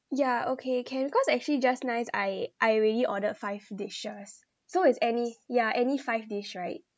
yeah okay can because actually just nice I I already ordered five dishes so it's any yeah any five dish right